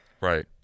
Right